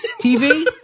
TV